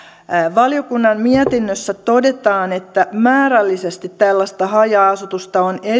valiokunnan mietinnössä todetaan että määrällisesti tällaista haja asutusta on